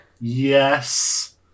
Yes